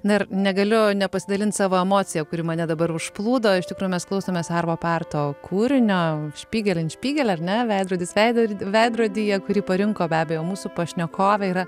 na ir negaliu nepasidalint savo emocija kuri mane dabar užplūdo iš tikrųjų mes klausomės arvo parto kūrinio špygel an špygel ar ne veidrodis veido veidrodyje kurį parinko be abejo mūsų pašnekovė yra